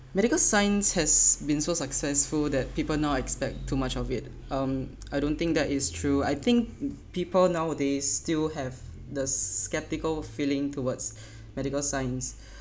medical science has been so successful that people now expect too much of it um I don't think that is true I think people nowadays still have the skeptical feeling towards medical science